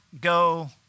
go